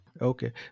Okay